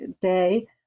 day